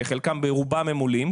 כשברובם הם עולים,